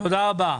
תודה רבה.